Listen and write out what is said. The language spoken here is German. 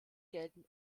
gelten